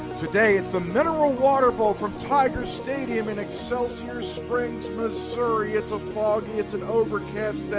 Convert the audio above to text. today it's the mineral water bowl from tiger stadium in excelsior springs, missouri. it's a foggy, it's a overcast